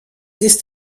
ist